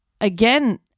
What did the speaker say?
again